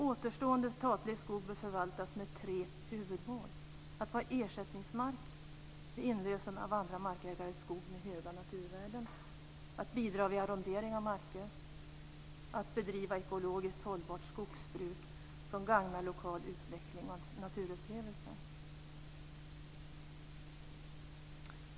Återstående statlig skog bör förvaltas med tre huvudmål, nämligen att vara ersättningsmark vid inlösen av andra markägares skog med höga naturvärden, att bidra vid arrondering av marker och att bedriva ekologiskt hållbart skogsbruk som gagnar lokal utveckling och naturupplevelser.